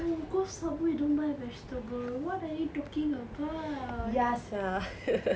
you go Subway don't buy vegetable what are you talking about